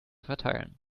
verteilen